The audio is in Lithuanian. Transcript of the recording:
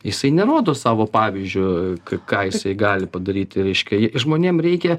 jisai nerodo savo pavyzdžiu ką ką jisai gali padaryti reiškia žmonėm reikia